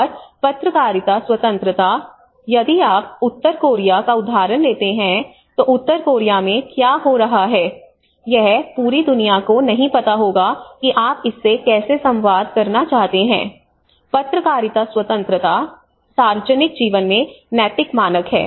और पत्रकारिता स्वतंत्रता यदि आप उत्तर कोरिया का उदाहरण लेते हैं तो उत्तर कोरिया में क्या हो रहा है यह पूरी दुनिया को नहीं पता होगा कि आप इस से कैसे संवाद करना चाहते हैं पत्रकारिता स्वतंत्रता सार्वजनिक जीवन में नैतिक मानक है